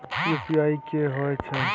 UPI की होय छै?